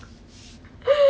for my brother leh